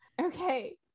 Okay